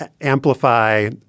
amplify